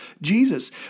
Jesus